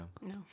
No